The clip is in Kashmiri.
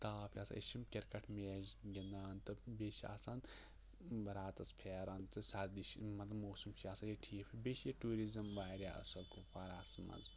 تاپھ چھِ آسان أسۍ چھِ کِرکَٹ میچ گِنٛدان تہٕ بیٚیہِ چھِ آسان ؤہراتَس پھیران تہٕ سردی چھِ مطلب موسم چھِ آسان ییٚتہِ ٹھیٖک بیٚیہِ چھِ ییٚتہِ ٹوٗرِزٕم واریاہ اصٕل کُپوارہَس منٛز